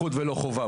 סמכות ולא חובה.